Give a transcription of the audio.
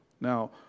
Now